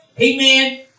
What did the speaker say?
amen